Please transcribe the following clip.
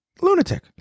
Lunatic